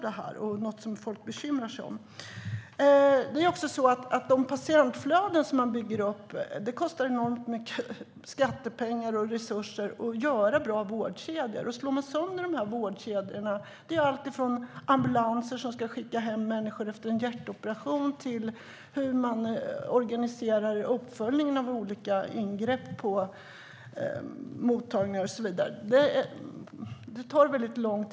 Det här är något som folk bekymrar sig över. Patientflöden byggs upp. Det kostar enormt mycket skattepengar och resurser att skapa bra vårdkedjor. Det tar lång tid att synka vårdkedjorna om de slås sönder. Det är alltifrån ambulanser som ska användas för att skicka hem människor efter en hjärtoperation till organisation av uppföljning av olika ingrepp på mottagningar.